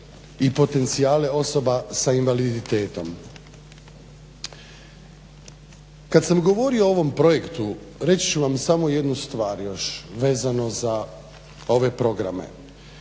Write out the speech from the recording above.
i potencijale osoba sa invaliditetom. Kad sam govorio o ovom projektu, reći ću vam i samo jednu stvar još vezano za ove programe.